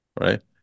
right